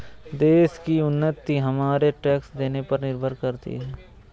देश की उन्नति हमारे टैक्स देने पर निर्भर करती है